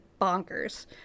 bonkers